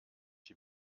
die